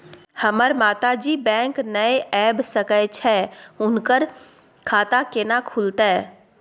हमर माता जी बैंक नय ऐब सकै छै हुनकर खाता केना खूलतै?